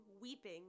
weeping